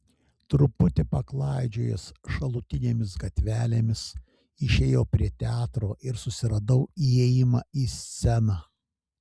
truputį paklaidžiojęs šalutinėmis gatvelėmis išėjau prie teatro ir susiradau įėjimą į sceną